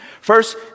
first